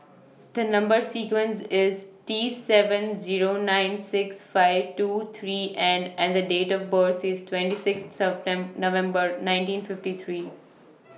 The Number sequence IS T seven Zero nine six five two three N and The Date of birth IS twenty six September November nineteen fifty three